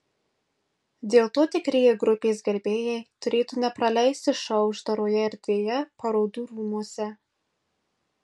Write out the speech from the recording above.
dėl to tikrieji grupės gerbėjai turėtų nepraleisti šou uždaroje erdvėje parodų rūmuose